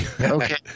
Okay